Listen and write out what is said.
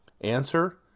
Answer